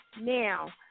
now